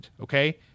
Okay